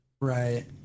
Right